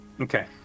Okay